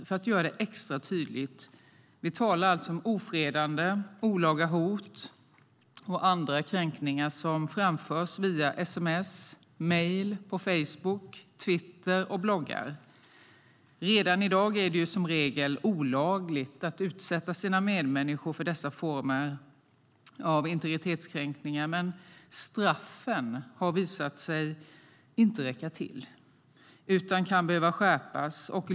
För att göra det extra tydligt talar vi alltså om ofredande, olaga hot och andra kränkningar som framförs via sms, mejl, på Facebook, Twitter och bloggar. Redan i dag är det som regel olagligt att utsätta sina medmänniskor för dessa former av integritetskränkningar. Men straffen har visat sig inte räcka till, utan de kan behöva skärpas.